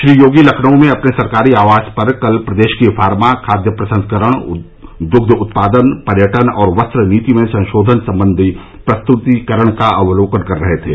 श्री योगी लखनऊ में अपने सरकारी आवास पर कल प्रदेश की फार्मा खाद्य प्रसंस्करण दुग्ध उत्पादन पर्यटन और वस्त्र नीति में संशोधन सम्बंधी प्रस्तुतीकरण का अवलोकन कर रहे थे